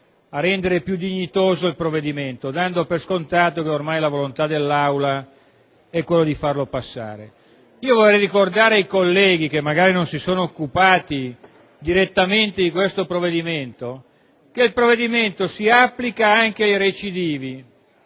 a rendere più dignitoso il provvedimento, dando per scontato che ormai la volontà dell'Assemblea è quella di approvarlo. Vorrei ricordare ai colleghi che magari non si sono occupati direttamente di questo provvedimento che lo stesso si applica anche ai recidivi,